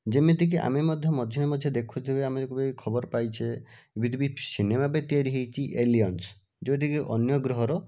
ଯେମିତିକି ଆମେ ମଧ୍ୟ ମଝିରେ ମଝିରେ ଦେଖୁଥିବେ ଆମେ କେବେ ଖବର ପାଇଛେ ଏମିତି ବି ସିନେମା ବି ତିଆରି ହୋଇଛି ଏଲିଏନ୍ସ ଯେଉଁଟାକି ଅନ୍ୟ ଗ୍ରହର